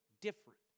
different